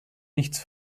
nichts